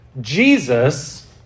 Jesus